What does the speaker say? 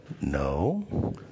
No